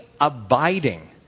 abiding